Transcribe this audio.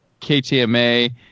KTMA